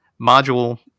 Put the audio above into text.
module